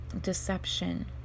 deception